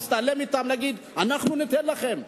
ולהגיד: אנחנו ניתן לכם.